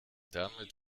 damit